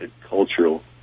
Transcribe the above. cultural